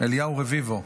אליהו רביבו,